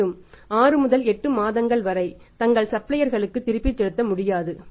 மேலும் 6 முதல் 8 மாதங்கள் வரை தங்கள் சப்ளையர்களுக்கு திருப்பிச் செலுத்த முடியாது